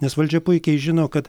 nes valdžia puikiai žino kad